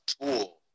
tool